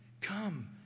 come